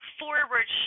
forward